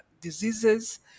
diseases